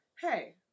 hey